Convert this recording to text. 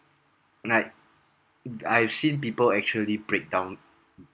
like I have seen people actually breakdown